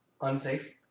unsafe